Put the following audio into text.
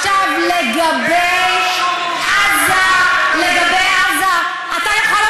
עכשיו, לגבי עזה, אין לך מושג על מה את מדברת.